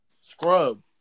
Scrub